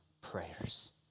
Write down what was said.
prayers